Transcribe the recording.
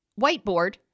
whiteboard